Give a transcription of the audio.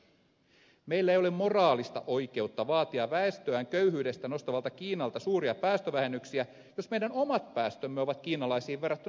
meillä ei ole moraalista oikeutta vaatia väestöään köyhyydestä nostavalta kiinalta suuria päästövähennyksiä jos meidän omat päästömme ovat kiinalaisiin verrattuna kolminkertaiset